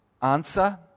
Answer